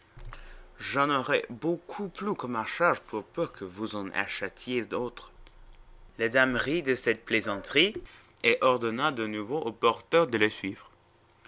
j'en aurai beaucoup plus que ma charge pour peu que vous en achetiez d'autres la dame rit de cette plaisanterie et ordonna de nouveau au porteur de la suivre